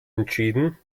entschieden